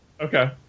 okay